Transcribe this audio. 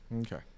Okay